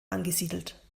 angesiedelt